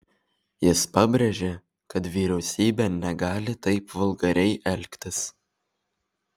jis pabrėžė kad vyriausybė negali taip vulgariai elgtis